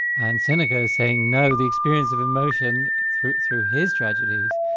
and seneca is saying, no, the experience of emotion through through his tragedies,